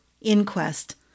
Inquest